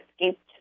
escaped